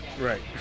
Right